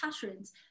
patterns